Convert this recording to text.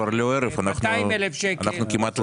אנחנו כבר לא ערב, אנחנו כמעט לילה.